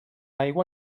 aigua